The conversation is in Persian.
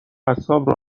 اعصاب